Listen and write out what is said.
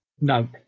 no